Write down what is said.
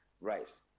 rice